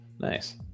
nice